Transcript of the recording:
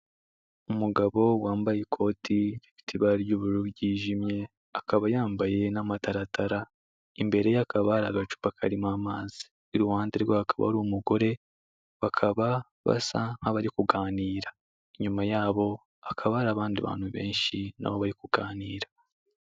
Umugabo wambaye ikoti rifite ibara ry'ubururu ryijimye, akaba yambaye n'amataratara, imbere ye hakaba hari agacupa karimo amazi. Iruhande rwe hakaba hari umugore bakaba basa nk'abari kuganira. Inyuma yabo hakaba hari abandi bantu benshi nabo bari kuganira.